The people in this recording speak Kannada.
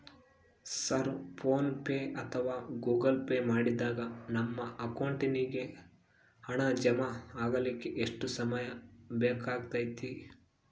ಸರ್ ಫೋನ್ ಪೆ ಅಥವಾ ಗೂಗಲ್ ಪೆ ಮಾಡಿದಾಗ ನಮ್ಮ ಅಕೌಂಟಿಗೆ ಹಣ ಜಮಾ ಆಗಲಿಕ್ಕೆ ಎಷ್ಟು ಸಮಯ ಬೇಕಾಗತೈತಿ?